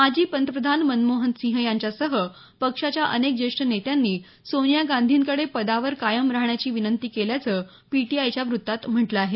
माजी पंतप्रधान मनमोहनसिंह यांच्यासह पक्षाच्या अनेक ज्येष्ठ नेत्यांनी सोनिया गांधींकडे पदावर कायम राहण्याची विनंती केल्याचं पीटीआयच्या वृत्तात म्हटलं आहे